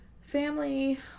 Family